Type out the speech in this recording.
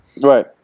right